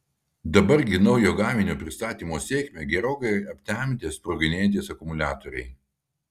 dabar gi naujo gaminio pristatymo sėkmę gerokai aptemdė sproginėjantys akumuliatoriai